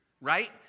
right